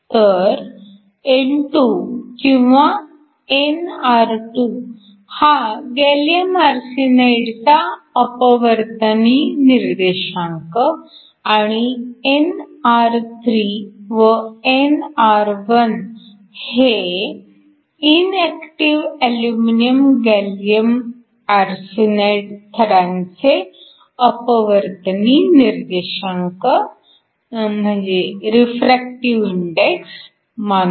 तर n2 किंवा nr2 हा गॅलीअम आरसेनाइडचा अपवर्तनी निर्देशांक आणि nr3 व nr1 हे इनऍक्टिव्ह अल्युमिनिअम गॅलीअम आरसेनाइड थरांचे अपवर्तनी निर्देशांक रिफ्रॅक्टिव्ह इंडेक्स मानू